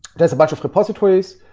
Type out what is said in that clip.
there's a bunch of repositories,